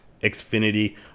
Xfinity